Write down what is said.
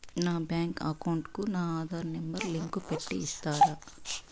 నా bank account కు నా ఆధార్ నెంబర్ లింకు పెట్టి ఇస్తారా?